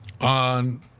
on